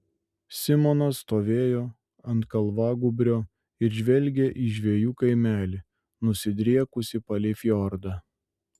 simonas stovėjo ant kalvagūbrio ir žvelgė į žvejų kaimelį nusidriekusį palei fjordą